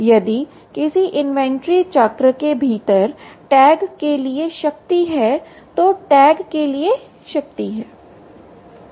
यदि किसी इन्वेंट्री चक्र के भीतर टैग के लिए शक्ति है तो टैग के लिए शक्ति है